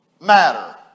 matter